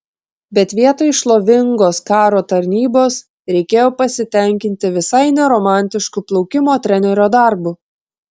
bet vietoj šlovingos karo tarnybos reikėjo pasitenkinti visai ne romantišku plaukimo trenerio darbu